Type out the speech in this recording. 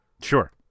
Sure